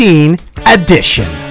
edition